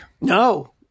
No